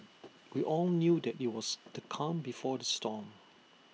we all knew that IT was the calm before the storm